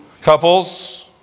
Couples